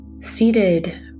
seated